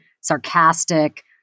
sarcastic